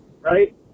Right